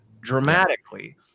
dramatically